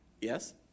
Yes